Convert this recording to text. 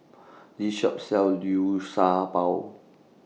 This Shop sells Liu Sha Bao